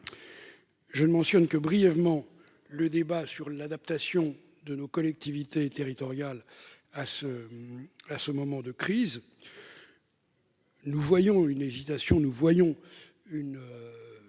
Je ne mentionnerai que brièvement le débat sur l'adaptation de nos collectivités territoriales à ce moment de crise. Nous constatons une